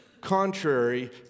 contrary